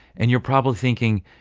and you're probably thinking,